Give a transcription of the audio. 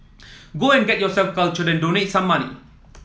go and get yourself cultured and donate some money